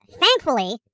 thankfully